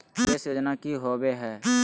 निवेस योजना की होवे है?